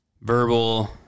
verbal